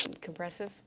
compresses